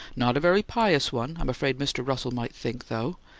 not a very pious one, i'm afraid mr. russell might think, though!